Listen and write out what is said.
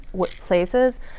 places